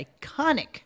iconic